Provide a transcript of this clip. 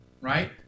right